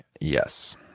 Yes